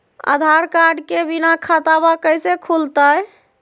आधार card के बिना खाताबा कैसे खुल तय?